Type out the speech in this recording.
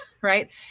Right